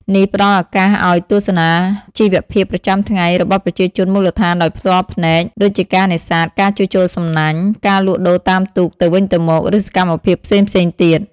នេះផ្ដល់ឱកាសឱ្យទស្សនាជីវភាពប្រចាំថ្ងៃរបស់ប្រជាជនមូលដ្ឋានដោយផ្ទាល់ភ្នែក ដូចជាការនេសាទ ការជួសជុលសំណាញ់ ការលក់ដូរតាមទូកទៅវិញទៅមក ឬសកម្មភាពផ្សេងៗទៀត។